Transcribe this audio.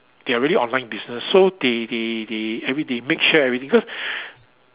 they are really online business so they they they everything they make sure everything because